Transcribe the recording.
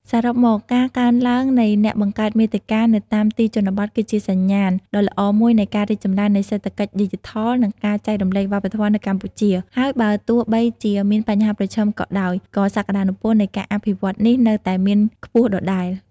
សរុបមក ការកើនឡើងនៃអ្នកបង្កើតមាតិកានៅតាមទីជនបទ គឺជាសញ្ញាណដ៏ល្អមួយនៃការរីកចម្រើននៃសេដ្ឋកិច្ចឌីជីថល និងការចែករំលែកវប្បធម៌នៅកម្ពុជា ហើយបើទោះបីជាមានបញ្ហាប្រឈមក៏ដោយ ក៏សក្តានុពលនៃការអភិវឌ្ឍន៍នេះនៅតែមានខ្ពស់ដដែល។